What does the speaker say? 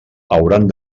hauran